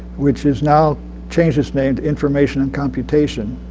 which has now changed its name to information and computation.